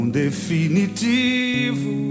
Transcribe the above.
definitivo